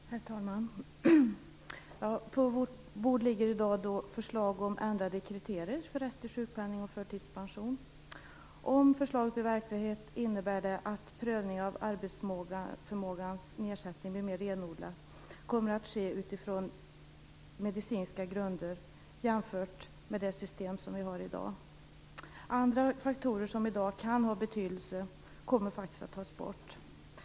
Herr talman! På vårt bord ligger förslag om ändrade kriterier för rätt till sjukpenning och förtidspension. Om förslaget blir verklighet innebär det att prövningen av arbetsförmågans nedsättning blir mer renodlad jämfört med det system vi har i dag och att den kommer att ske utifrån medicinska grunder. Andra faktorer som i dag kan ha betydelse kommer faktiskt att tas bort.